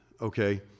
okay